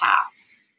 paths